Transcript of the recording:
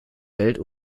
welt